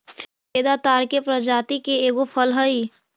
फेदा ताड़ के प्रजाति के एगो फल हई